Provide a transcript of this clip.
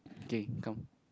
okay come